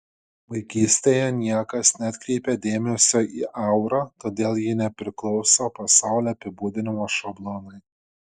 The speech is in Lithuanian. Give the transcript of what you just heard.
vaikystėje niekas neatkreipė dėmesio į aurą todėl ji nepriklauso pasaulio apibūdinimo šablonui